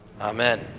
Amen